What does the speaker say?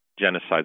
genocide